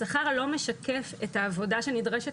השכר הוא לא משקף את העבודה שנדרשת